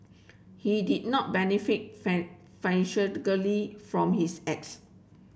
he did not benefit financially from his acts